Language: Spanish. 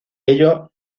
ello